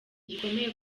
gikomeye